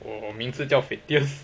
我我名字叫 fiftieth